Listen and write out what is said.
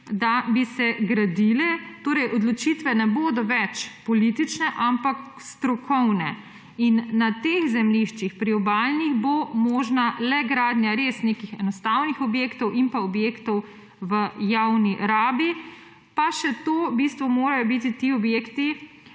da bi se gradilo. Torej odločitve ne bodo več politične, ampak strokovne in na teh priobalnih zemljiščih bo možna le gradnja res nekih enostavnih objektov in pa objektov v javni rabi. Pa še to v bistvu morajo biti ti objekti